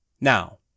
Now